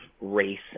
race